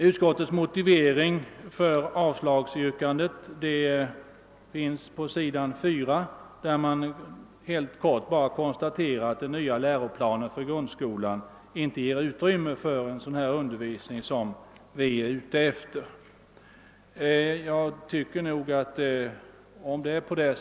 Utskottets motivering för avslagsyrkandet redovisas på s. 4 av utlåtandet, där man helt kort konstaterar att den nya läroplanen för grundskolan inte ger utrymme för en sådan undervisning som vi önskar bibehålla.